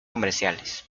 comerciales